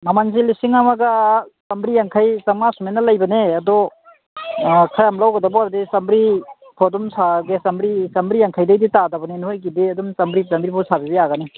ꯃꯃꯟꯁꯤ ꯂꯤꯁꯤꯡ ꯑꯃꯒ ꯆꯥꯝꯔꯤ ꯌꯥꯡꯈꯩ ꯆꯥꯝꯉꯥ ꯁꯨꯃꯥꯏꯅ ꯂꯩꯕꯅꯦ ꯑꯗꯣ ꯈꯔ ꯌꯥꯝ ꯂꯧꯒꯗꯕ ꯑꯣꯏꯔꯗꯤ ꯆꯥꯝꯔꯤ ꯐꯥꯎ ꯑꯗꯨꯝ ꯁꯥꯔꯒꯦ ꯆꯥꯝꯔꯤ ꯌꯥꯡꯈꯩꯗꯒꯤꯗꯤ ꯇꯥꯗꯕꯅꯦ ꯅꯈꯣꯏꯒꯤꯗꯤ ꯑꯗꯨꯝ ꯆꯥꯝꯔꯤ ꯆꯥꯝꯔꯤꯐꯥꯎ ꯁꯥꯕꯤꯕ ꯌꯥꯒꯅꯤ